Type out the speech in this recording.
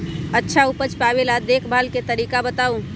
अच्छा उपज पावेला देखभाल के तरीका बताऊ?